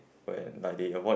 when like they avoid